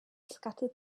scattered